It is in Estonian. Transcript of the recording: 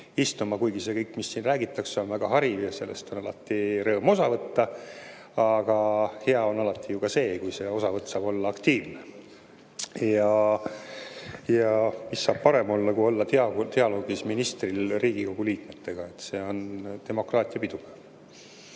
istuma. Kuigi see kõik, mis siin räägitakse, on väga hariv ja sellest on alati rõõm osa võtta, aga hea on alati ju ka see, kui see osavõtt saab olla aktiivne. Ja mis saab parem olla kui ministril olla dialoogis Riigikogu liikmetega, see on demokraatia pidupäev.